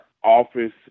office